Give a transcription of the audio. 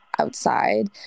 outside